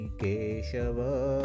keshava